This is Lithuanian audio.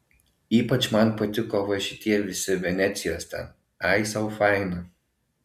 ypač man patiko va šitie visi venecijos ten ai sau faina